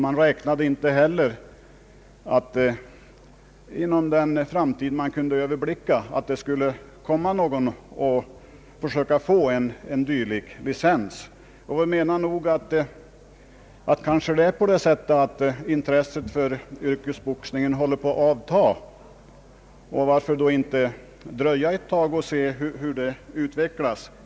Man räknade inte heller med att någon inom den framtid man kunde överblicka skulle försöka få en sådan licens. Kanske är det så att intresset för yrkesboxningen håller på att avta. Varför då inte dröja ett slag och se hur det utvecklas.